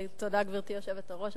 תודה, גברתי היושבת-ראש.